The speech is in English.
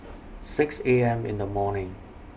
six A M in The morning